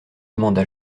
demanda